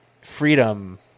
freedom